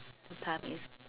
the time is